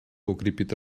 укрепит